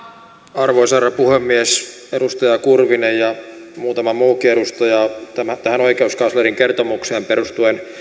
arvoisa rouva puhemies edustaja kurvinen ja muutama muukin edustaja tähän oikeuskanslerin kertomukseen perustuen